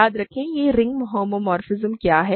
याद रखें यह रिंग होमोमोर्फिज्म क्या है